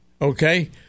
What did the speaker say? okay